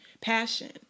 passion